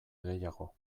gehiago